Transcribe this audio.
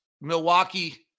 Milwaukee